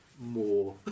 more